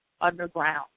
underground